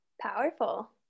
Powerful